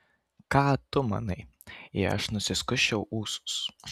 ką tu manai jei aš nusiskusčiau ūsus